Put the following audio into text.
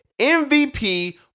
MVP